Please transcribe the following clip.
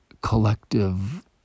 collective